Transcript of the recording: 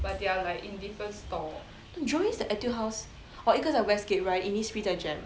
jurong east 的 Etude House orh 一个在 west gate right Innisfree 在 JEM